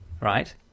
right